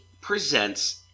presents